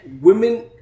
Women